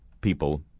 people